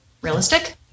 realistic